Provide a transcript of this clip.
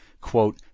quote